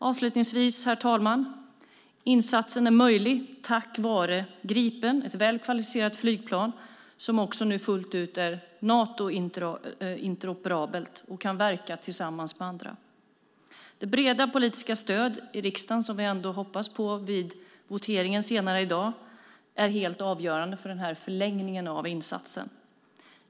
Avslutningsvis, herr talman: Insatsen är möjlig tack vare Gripen, ett väl kvalificerat flygplan som också nu fullt ut är Natointeroperabelt och kan verka tillsammans med andra. Det breda politiska stöd i riksdagen som vi hoppas på vid voteringen senare i dag är helt avgörande för förlängningen av insatsen.